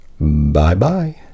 Bye-bye